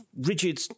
rigid